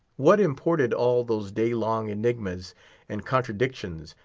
what imported all those day-long enigmas and contradictions,